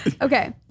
Okay